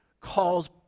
calls